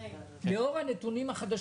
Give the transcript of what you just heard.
מפסיקים עד גיל 45. לאור הנתונים החדשים,